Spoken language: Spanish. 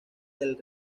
del